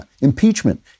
impeachment